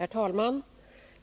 Herr talman!